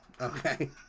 okay